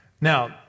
Now